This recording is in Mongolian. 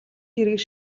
хэргийг